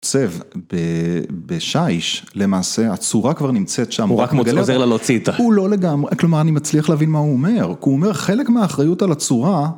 צב, ב.. בשייש למעשה הצורה כבר נמצאת שם, הוא רק עוזר לה להוציא את ה.. הוא לא לגמרי, כלומר אני מצליח להבין מה הוא אומר, כי הוא אומר חלק מהאחריות על הצורה